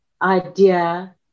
Idea